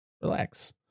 relax